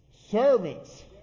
Servants